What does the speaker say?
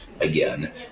again